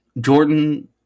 Jordan